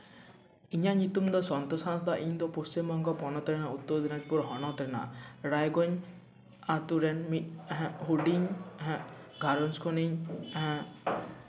ᱤᱧᱟᱹᱜ ᱧᱩᱛᱩᱢ ᱫᱚ ᱥᱚᱱᱛᱳᱥ ᱦᱟᱸᱥᱫᱟ ᱤᱧ ᱫᱚ ᱯᱚᱥᱪᱤᱢᱵᱚᱝᱜᱚ ᱯᱚᱱᱚᱛ ᱨᱮᱱ ᱩᱛᱛᱚᱨ ᱫᱤᱱᱟᱡᱽᱯᱩᱨ ᱦᱚᱱᱚᱛ ᱨᱮᱱᱟᱜ ᱨᱟᱭᱜᱚᱸᱡᱽ ᱟᱹᱛᱩ ᱨᱮᱱ ᱢᱤᱫ ᱦᱩᱰᱤᱧ ᱜᱷᱟᱨᱚᱸᱡᱽ ᱠᱷᱚᱱᱤᱧ